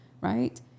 right